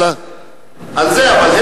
על זה.